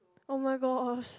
oh-my-gosh